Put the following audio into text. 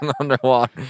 underwater